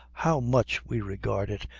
how much we regard it,